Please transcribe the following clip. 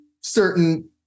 certain